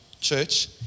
church